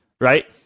right